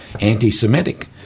anti-Semitic